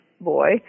boy